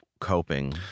coping